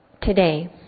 today